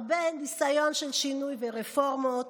הרבה ניסיונות לשינוי ורפורמות.